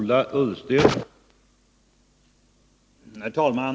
Herr talman!